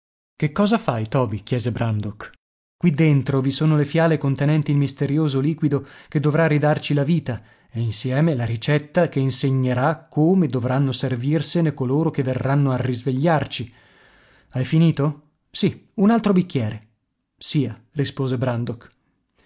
che cosa fai toby chiese brandok qui dentro vi sono le fiale contenenti il misterioso liquido che dovrà ridarci la vita e insieme la ricetta che insegnerà come dovranno servirsene coloro che verranno a risvegliarci hai finito sì un altro bicchiere sia rispose brandok